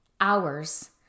hours